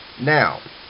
Now